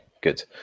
good